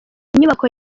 inyubako